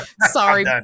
sorry